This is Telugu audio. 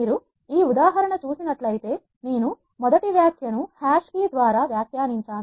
మీరు ఈ ఉదాహరణ చూసినట్లయితే నేను మొదటి వ్యాఖ్య ను హాష్ కి ద్వారా వ్యాఖ్యానించాను